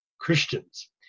Christians